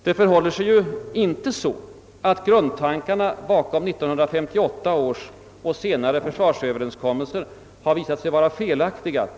Det förhåller sig ju inte så, att grundtankarna bakom 1958 års och senare försvarsöverenskommelser visat sig vara felaktiga.